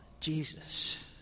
Jesus